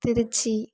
Trichy